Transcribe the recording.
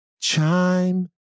chime